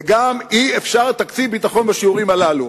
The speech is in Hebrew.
וגם אי-אפשר תקציב ביטחון בשיעורים הללו.